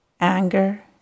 anger